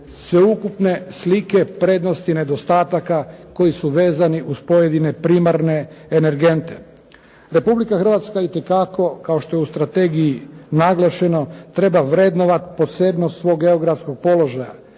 sveukupne slike prednosti i nedostataka koji su vezani uz pojedine primarne energente. Republika Hrvatska itekako kao što je u strategiji naglašeno treba vrednovati posebnost svog geografskog položaja.